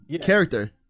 character